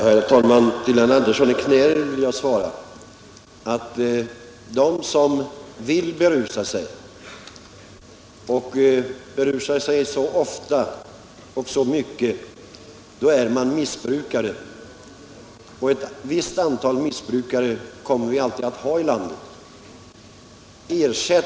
Herr talman! Till herr Andersson i Knäred ber jag att få säga att de som vill berusa sig och berusar sig så ofta och så mycket som det här gäller är missbrukare, och ett visst antal missbrukare kommer vi alltid att ha i vårt land.